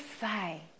say